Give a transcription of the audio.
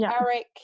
Eric